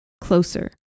closer